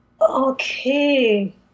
Okay